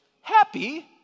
happy